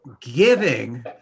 giving